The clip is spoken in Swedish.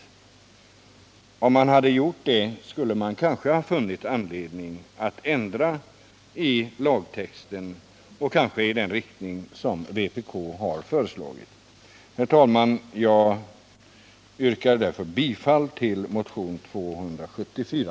Hade man gjort det skulle man kanske ha funnit anledning att ändra lagtexten, kanske i den riktning som vi har föreslagit. Herr talman! Jag yrkar bifall till motionen 274.